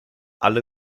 alle